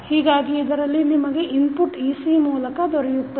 ಹೀಗಾಗಿಇದರಲ್ಲಿ ನಿಮಗೆ input ec ಮೂಲಕ ದೊರೆಯುತ್ತದೆ